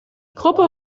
gruppe